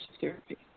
therapy